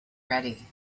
ready